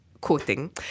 quoting